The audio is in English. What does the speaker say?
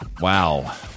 Wow